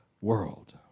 world